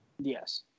Yes